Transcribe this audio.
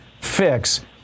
fix